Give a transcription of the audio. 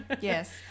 Yes